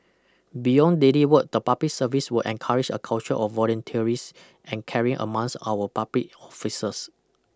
beyond daily work the public service will encourage a culture of volunteerisms and caring among our public officers